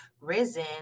risen